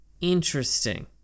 interesting